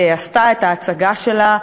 עשתה את ההצגה שלה,